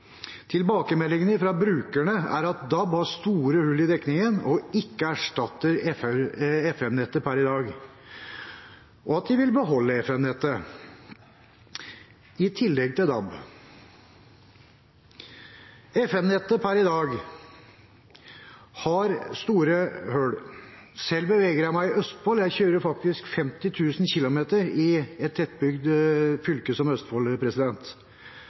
Tilbakemeldingene fra brukerne er at DAB har store hull i dekningen og ikke erstatter FM-nettet per i dag. De vil beholde FM-nettet i tillegg til DAB. FM-nettet har store hull per i dag. Selv beveger jeg meg i Østfold, jeg kjører faktisk 50 000 km i året i et tettbygd fylke, som Østfold